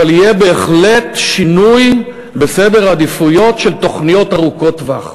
אבל יהיה בהחלט שינוי בסדר עדיפויות של תוכניות ארוכות טווח.